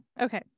Okay